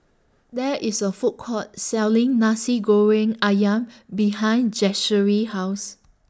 There IS A Food Court Selling Nasi Goreng Ayam behind Zachary's House